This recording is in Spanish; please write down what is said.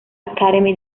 academy